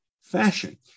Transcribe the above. fashion